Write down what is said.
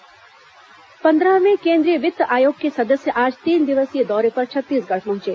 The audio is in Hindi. केंद्रीय वित्त आयोग दौरा पन्द्रहवें केन्द्रीय वित्त आयोग के सदस्य आज तीन दिवसीय दौरे पर छत्तीसगढ़ पहंचे